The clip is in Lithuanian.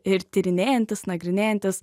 ir tyrinėjantis nagrinėjantis